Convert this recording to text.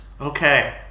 Okay